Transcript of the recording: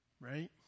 Right